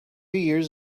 years